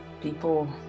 People